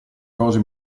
cose